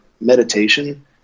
meditation